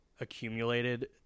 accumulated